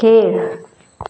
खेळ